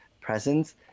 presence